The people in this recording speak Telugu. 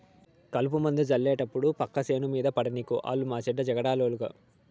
కలుపుమందు జళ్లేటప్పుడు పక్క సేను మీద పడనీకు ఆలు మాచెడ్డ జగడాలోళ్ళు